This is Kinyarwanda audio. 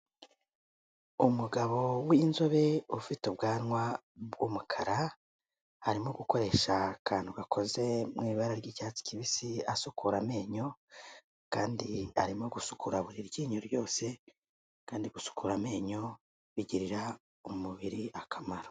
Umugabo w'inzobe, ufite ubwanwa bw'umukara, arimo gukoresha akantu gakoze mu ibara ry'icyatsi kibisi, asukura amenyo kandi arimo gusukura buri ryinyo ryose kandi gusukura amenyo bigirira umubiri akamaro.